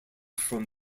from